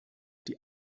die